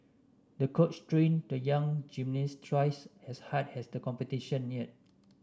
the coach trained the young gymnast twice as hard as the competition neared